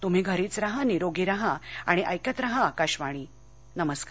तृम्ही घरीच रहा निरोगी रहा आणि ऐकत राहा आकाशवाणी नमस्कार